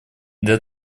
для